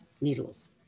needles